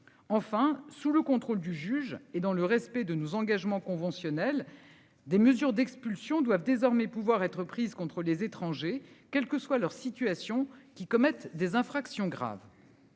Enfin, sous le contrôle du juge et dans le respect de nos engagements conventionnels. Des mesures d'expulsion doivent désormais pouvoir être prises contre les étrangers, quelle que soit leur situation qui commettent des infractions graves.